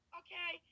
okay